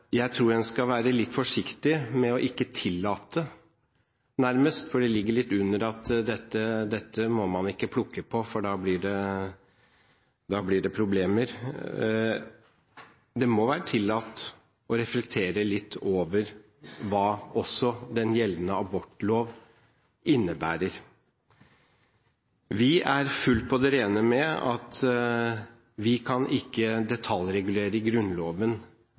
Jeg tror man skal være litt forsiktig med nærmest ikke å tillate – for det ligger litt under at dette må man ikke plukke på, for da blir det problemer – å reflektere litt over hva også den gjeldende abortlov innebærer. Det må være tillatt. Vi er fullt på det rene med at vi ikke kan detaljregulere Grunnloven